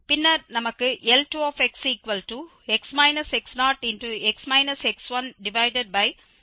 பின்னர் நமக்கு L2xx2 x0 கிடைக்கும்